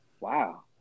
Wow